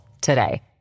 today